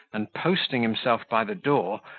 and, posting himself by the door,